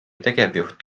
tegevjuht